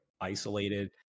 isolated